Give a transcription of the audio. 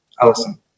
Alison